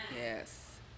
yes